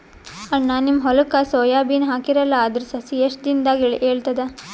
ಅಣ್ಣಾ, ನಿಮ್ಮ ಹೊಲಕ್ಕ ಸೋಯ ಬೀನ ಹಾಕೀರಲಾ, ಅದರ ಸಸಿ ಎಷ್ಟ ದಿಂದಾಗ ಏಳತದ?